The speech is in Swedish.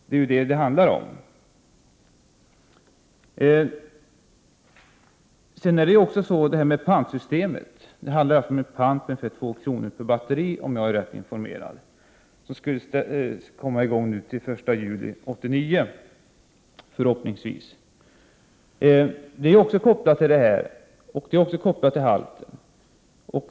Det är vad det handlar om. Det pantsystem som det talas om skulle förhoppningsvis komma i gång den 1 juli 1989. Det handlar om en pant på ungefär 2 kr. per batteri, om jag är rätt informerad. Detta system är också kopplat till halten.